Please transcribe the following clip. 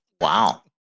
wow